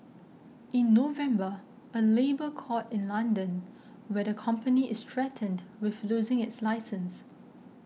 in November a labour court in London where the company is threatened with losing its license